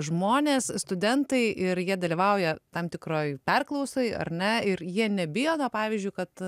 žmonės studentai ir jie dalyvauja tam tikroj perklausoj ar ne ir jie nebijo pavyzdžiui kad